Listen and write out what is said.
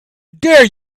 dare